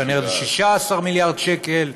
כנראה זה 16 מיליארד שקל,